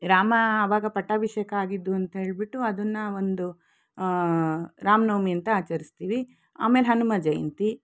ರಾಮ ಅವಾಗ ಪಟ್ಟಾಭಿಷೇಕ ಆಗಿದ್ದು ಅಂತ ಹೇಳಿಬಿಟ್ಟು ಅದನ್ನು ಒಂದು ರಾಮ ನವಮಿ ಅಂತ ಆಚರಿಸ್ತೀವಿ ಆಮೇಲೆ ಹನುಮ ಜಯಂತಿ